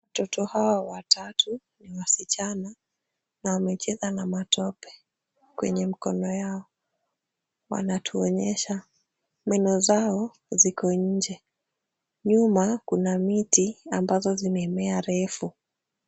Watoto hao watatu ni wasichana, na wamecheza na matope kwenye mkono yao. Wanatuonyesha, meno zao ziko nje. Nyuma kuna miti ambazo zimemea refu.